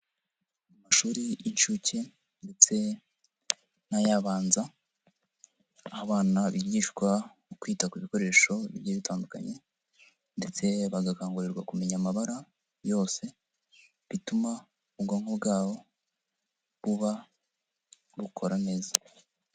Amashuri y'inshuke ndetse n'ay'abanza aho abana bigishwa mu kwita ku bikoresho bigiye bitandukanye ndetse bagakangurirwa kumenya amabara yose bituma ubwonko bwabo buba bukora neza.